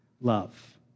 love